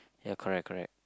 ya correct correct